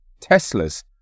Teslas